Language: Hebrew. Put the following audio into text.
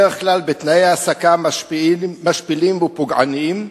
בדרך כלל בתנאי העסקה משפילים ופוגעניים,